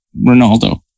Ronaldo